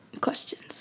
questions